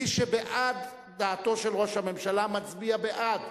מי שבעד דעתו של ראש הממשלה מצביע בעד,